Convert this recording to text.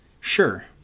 Sure